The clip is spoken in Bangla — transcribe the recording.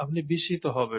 আপনি বিস্মিত হবেন